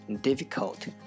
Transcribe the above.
difficult